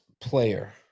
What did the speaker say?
player